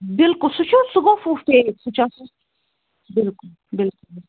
بلکُل سُہ چھُ سُہ گوٚو سُہ چھُ آسان بلکُل بلکُل